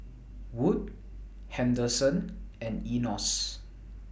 Wood Henderson and Enos